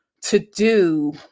to-do